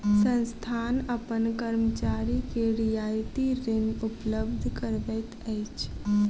संस्थान अपन कर्मचारी के रियायती ऋण उपलब्ध करबैत अछि